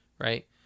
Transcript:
right